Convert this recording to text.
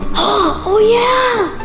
oh yeah!